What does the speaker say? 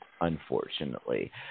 unfortunately